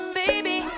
baby